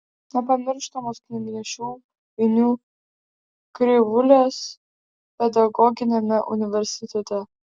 nepamirštamos knygnešių ainių krivulės pedagoginiame universitete